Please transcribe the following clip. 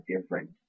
different